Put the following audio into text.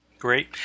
Great